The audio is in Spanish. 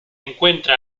encuentra